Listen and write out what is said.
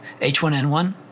H1N1